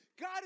God